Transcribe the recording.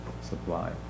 supply